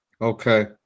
Okay